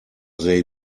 they